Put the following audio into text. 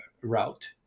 route